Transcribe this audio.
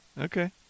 okay